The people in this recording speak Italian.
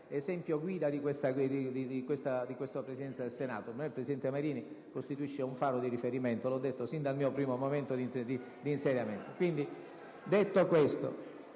esempio guida di questa Presidenza del Senato. Per me il presidente Marini costituisce un faro di riferimento. L'ho detto fin dal primo momento di insediamento.